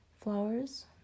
Flowers